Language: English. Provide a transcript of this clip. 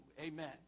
Amen